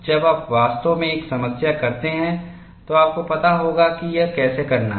जब आप वास्तव में एक समस्या करते हैं तो आपको पता होगा कि यह कैसे करना है